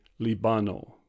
Libano